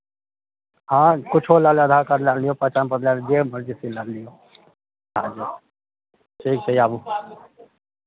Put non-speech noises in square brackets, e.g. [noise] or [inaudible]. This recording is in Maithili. हँ किछो लऽ लेब आधार कार्ड लए लियौ पहचान पत्र लए लियौ जे मरजी से लऽ लियौ [unintelligible] ठीक छै आबू